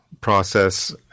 process